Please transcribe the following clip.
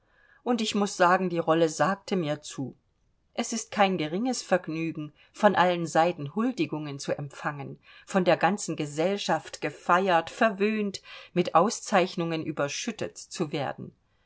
und ich muß sagen die rolle sagte mir zu es ist kein geringes vergnügen von allen seiten huldigungen zu empfangen von der ganzen gesellschaft gefeiert verwöhnt mit auszeichnungen überschüttet zu werden